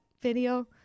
video